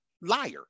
liar